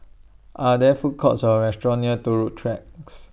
Are There Food Courts Or restaurants near Turut Tracks